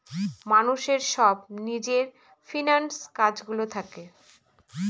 মানুষের সব নিজের ফিন্যান্স কাজ গুলো থাকে